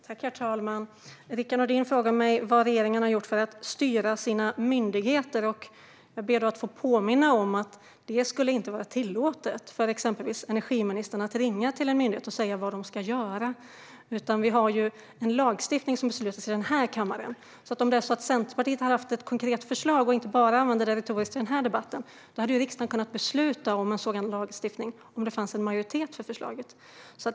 Herr talman! Rickard Nordin frågade mig vad regeringen har gjort för att styra sina myndigheter. Jag ber att få påminna om att det inte skulle vara tillåtet för exempelvis energiministern att ringa till en myndighet och säga vad de ska göra, utan vi har en lagstiftning som beslutas i denna kammare. Om Centerpartiet hade haft ett konkret förslag och inte bara använde det retoriskt i denna debatt hade riksdagen kunnat besluta om en sådan lagstiftning, om det fanns majoritet för förslaget.